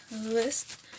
list